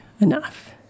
enough